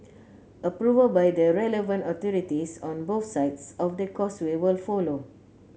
approval by the relevant authorities on both sides of the Causeway will follow